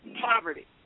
poverty